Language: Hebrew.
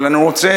אבל אני רוצה,